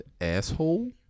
asshole